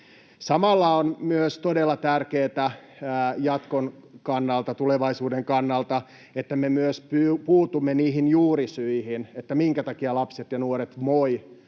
Samalla on myös todella tärkeätä jatkon kannalta, tulevaisuuden kannalta, että me myös puutumme niihin juurisyihin, minkä takia lapset ja nuoret voivat